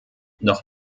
noch